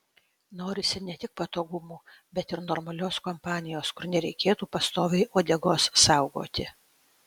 norisi ne tik patogumų bet ir normalios kompanijos kur nereikėtų pastoviai uodegos saugoti